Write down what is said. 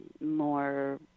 more